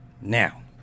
Now